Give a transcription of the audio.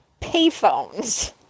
payphones